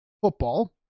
football